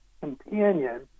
Companion